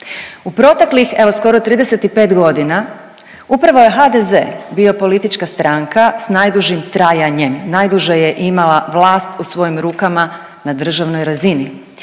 U proteklih, evo skoro 35 godina upravo je HDZ bio politička stranka s najdužim trajanjem. Najduže je imala vlast u svojim rukama na državnoj razini.